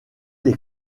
les